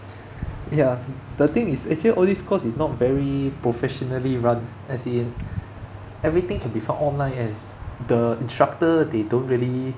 ya the thing is actually all this course is not very professionally run as in everything can be found online and the instructor they don't really